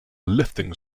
lifting